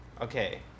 Okay